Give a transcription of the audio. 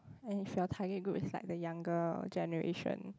and if your target group is like the younger generation